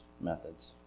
methods